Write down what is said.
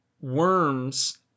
worms